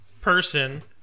person